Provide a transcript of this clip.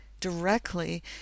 directly